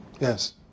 Yes